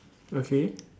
okay